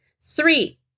Three